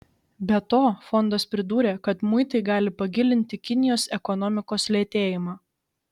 be to fondas pridūrė kad muitai gali pagilinti kinijos ekonomikos lėtėjimą